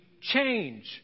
change